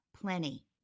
plenty